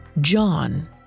John